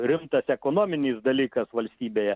rimtas ekonominis dalykas valstybėje